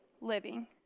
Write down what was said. living